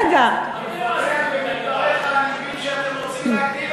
מדברייך אני מבין שאתם רוצים, אותו.